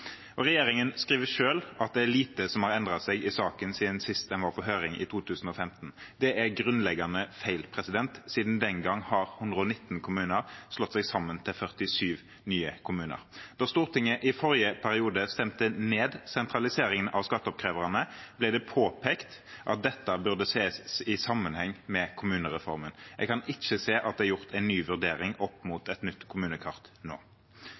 Regjeringen skriver selv at det er lite som har endret seg i saken siden sist den var på høring, i 2015. Det er grunnleggende feil. Siden den gang har 119 kommuner slått seg sammen til 47 nye kommuner. Da Stortinget i forrige periode stemte ned sentraliseringen av skatteoppkreverne, ble det påpekt at dette burde ses i sammenheng med kommunereformen. Jeg kan ikke se at det er gjort en ny vurdering opp mot et nytt kommunekart nå.